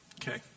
Okay